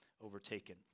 overtaken